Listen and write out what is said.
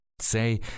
Say